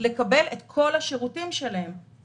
לקבל את כל השירותים שמגיעים להם.